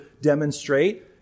demonstrate